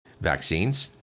vaccines